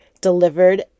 delivered